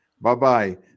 Bye-bye